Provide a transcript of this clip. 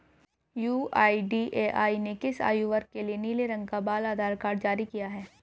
UIDAI ने किस आयु वर्ग के लिए नीले रंग का बाल आधार कार्ड जारी किया है?